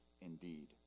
indeed